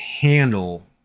handle